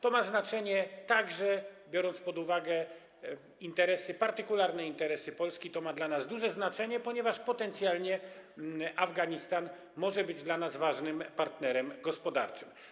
To ma znaczenie, biorąc także pod uwagę partykularne interesy Polski, to ma dla nas duże znaczenie, ponieważ potencjalnie Afganistan może być dla nas ważnym partnerem gospodarczym.